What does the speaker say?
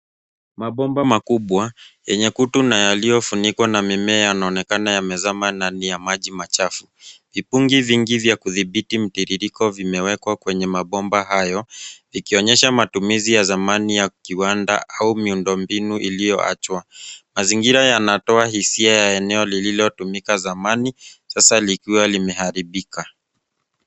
Mabomba makubwa yenye kutu na yaliyofunikwa na mimea yanaonekana yamezama ndani ya maji machafu. Vipungi vingi vya kudhibiti mtiririko vimewekwa kwenye mabomba hayo ikionyesha matumizi ya zamani ya kiwanda au miundombinu iliyoachwa. Mazingira yanatoa hisia ya eneo lililotumika zamani sasa likiwa limeharibika.